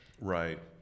Right